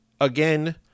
Again